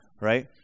right